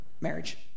Marriage